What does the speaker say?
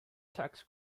tax